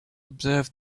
observe